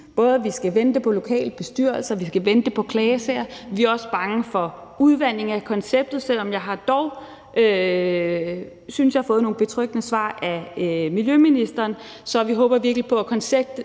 til at vi skal vente på lokale bestyrelser, og at vi skal vente på klagesager. Vi er også bange for udvanding af konceptet, selv om jeg dog synes, jeg har fået nogle betryggende svar af miljøministeren. Så vi håber virkelig på, at konceptet